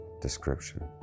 description